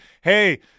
hey